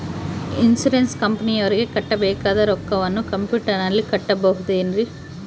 Insurance ಕಂಪನಿಯವರಿಗೆ ಕಟ್ಟಬೇಕಾದ ರೊಕ್ಕವನ್ನು ಕಂಪ್ಯೂಟರನಲ್ಲಿ ಕಟ್ಟಬಹುದ್ರಿ?